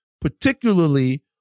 particularly